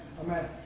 Amen